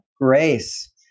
Grace